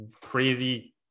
crazy